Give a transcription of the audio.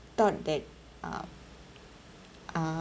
thought that uh